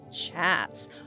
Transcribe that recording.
chats